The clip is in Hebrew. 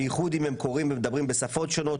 בייחוד אם הם קוראים ומדברים בשפות שונות,